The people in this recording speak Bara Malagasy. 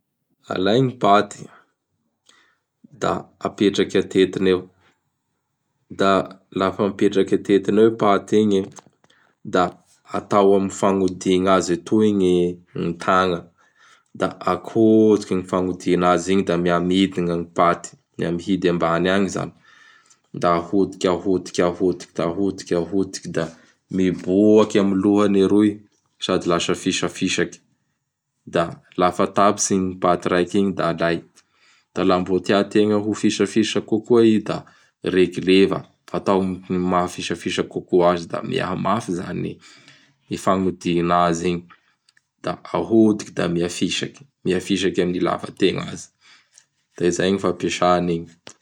Alay gny paty da apetraky atetiny eo; da lafa mipetraky atetiny eo i paty igny e! da atao amin' gny fagnodigna azy atoy gny tagna; da ahodiky i fagnodigna azy igny da miha midina gny paty, da mihidy ambany agny izany; da adohidiky, ahodiky, ahodiky, ahodiky, ahodiky; da miboaky amin' gny lohany aroy sady lasa fisapisaky, da lafa tapitsy igny paty raiky gny da alay; da laha mbô tiategna ho fisapisaky kokoa i da regleva. Atao amin' gny maha fisafisaky kokoa azy; da mifamafy izany i fagnodina azy igny; da ahodiky da mihafisaky, mihafisaky amin'ilatevagna azy. Da izay gny fampiasa anigny.